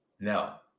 Now